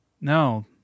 No